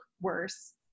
worse